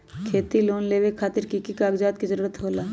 खेती लोन लेबे खातिर की की कागजात के जरूरत होला?